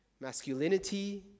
masculinity